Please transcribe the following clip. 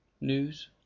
News